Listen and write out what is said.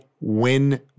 Win